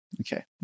Okay